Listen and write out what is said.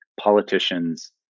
politicians